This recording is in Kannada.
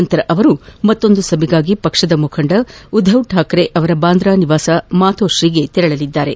ನಂತರ ಅವರು ಮತೊಂದು ಸಭೆಗಾಗಿ ಪಕ್ಷದ ಮುಖಂಡ ಉದ್ನಾವ್ ಠಾಕೆ ಅವರ ಬಾಂಧಾ ನಿವಾಸದ ಮಾತೋಶೀಗೆ ತೆರಳಲಿದ್ದಾರೆ